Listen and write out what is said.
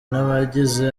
n’abagize